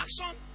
action